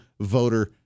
voter